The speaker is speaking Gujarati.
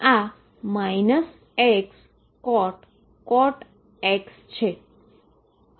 આ Xcot X છે